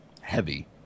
heavy